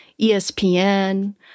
ESPN